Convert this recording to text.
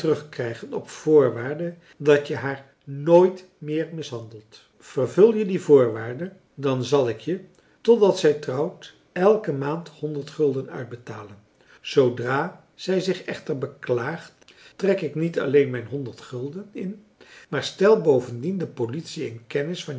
terugkrijgen op voorwaarde dat je haar nooit meer mishandelt vervul je die voorwaarde dan zal ik je totdat zij trouwt elke maand honderd gulden uitbetalen zoodra zij zich echmarcellus emants een drietal novellen ter beklaagt trek ik niet alleen mijn honderd gulden in maar stel bovendien de politie in kennis